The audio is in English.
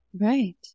Right